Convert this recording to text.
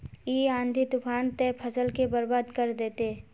इ आँधी तूफान ते फसल के बर्बाद कर देते?